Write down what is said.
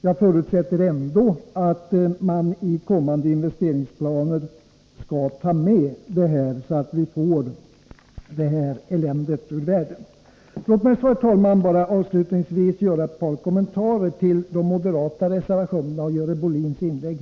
Jag förutsätter ändå att man i kommande investeringsplaner skall ta med detta, så att vi får det här eländet ur världen. Herr talman! Låt mig avslutningsvis göra ett par kommentarer till de moderata reservationerna och Görel Bohlins inlägg.